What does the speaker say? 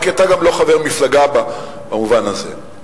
כי אתה גם לא חבר מפלגה במובן הזה.